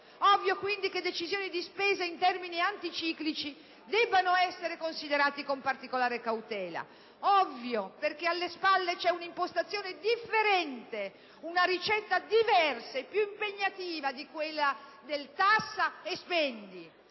Ovvio, quindi, che decisioni di spesa in termini anticiclici debbano essere considerate con particolare cautela. Ovvio, perché alla spalle c'è un'impostazione differente, una ricetta diversa e più impegnativa di quella del "tassa e spendi".